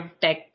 tech